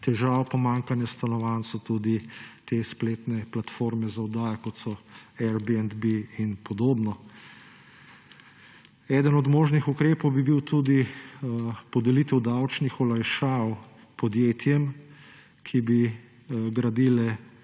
težav pomanjkanja stanovanj so tudi te spletne platforme za oddajanje, kot so Airbnb in podobno. Eden od možnih ukrepov bi bil tudi podelitev davčnih olajšav podjetjem, ki bi gradila